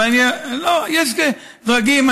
יש דרגים.